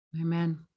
Amen